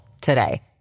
today